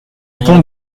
pont